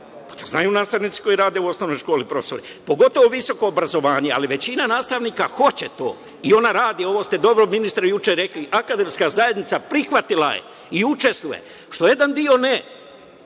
to znaju nastavnici koji rade u osnovnoj školi, profesori. Pogotovo visoko obrazovanje. Ali, većina nastavnika hoće to i ona radi, ovo ste dobro ministre juče rekli, akademska zajednica prihvatila je i učestvuje, što jedan deo ne.